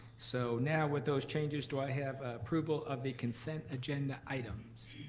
so now with those changes, do i have approval of the consent agenda items?